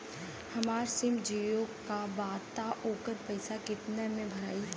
हमार सिम जीओ का बा त ओकर पैसा कितना मे भराई?